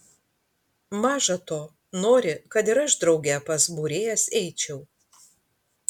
maža to nori kad ir aš drauge pas būrėjas eičiau